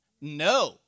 No